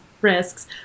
risks